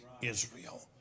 Israel